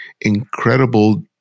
incredible